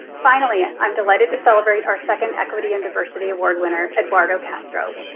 finally i'm delighted to celebrate our second equity and diversity award winner, eduardo castro.